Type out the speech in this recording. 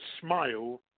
smile